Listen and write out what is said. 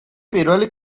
პირველი